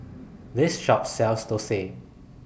This Shop sells Thosai